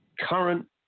current